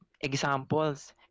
examples